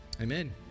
Amen